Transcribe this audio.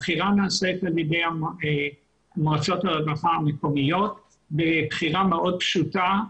הבחירה נעשית על ידי מועצות המקומיות בבחירה מאוד פשוטה,